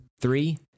three